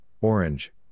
Orange